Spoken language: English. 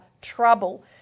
trouble